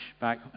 back